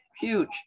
huge